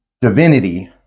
divinity